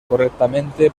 correctamente